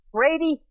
Brady